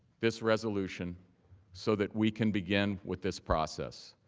this resolution so that we can begin with this process.